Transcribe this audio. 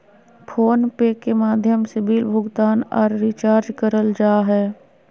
phone पे के माध्यम से बिल भुगतान आर रिचार्ज करल जा हय